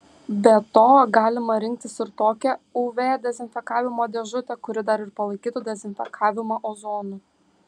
be to galima rinktis ir tokią uv dezinfekavimo dėžutę kuri dar ir palaikytų dezinfekavimą ozonu